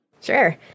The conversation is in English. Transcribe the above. Sure